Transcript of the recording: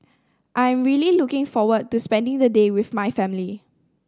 I'm really looking forward to spending the day with my family